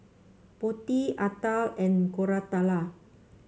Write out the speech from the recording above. Potti Atal and Koratala